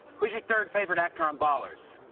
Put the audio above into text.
who's your third favorite actor on ballers?